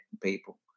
people